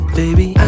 baby